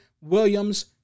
Williams